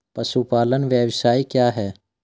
पशुपालन व्यवसाय क्या है?